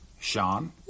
Sean